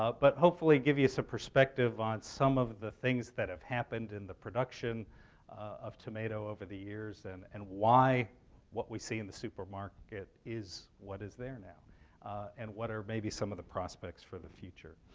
ah but hopefully give you some perspective on some of the things that have happened in the production of tomato over the years and and why what we see in the supermarket is what is there now and what are maybe some of the prospects for the future.